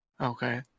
Okay